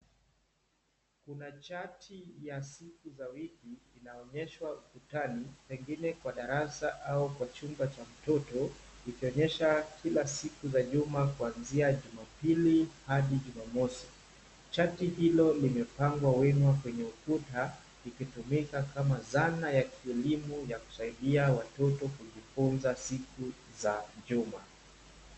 Kuna chati ya siku za wiki inaonyeshwa ukutani pengine kwa darasa au kwa chumba cha mtoto ikionyesha kila siku za juma kuanzia jumapili hadi jumamosi. Chati hilo limepangwa wima kwenye ukuta ikitumika kama zana ya kielimu ya kusaidia watoto kujifunza siku za juma.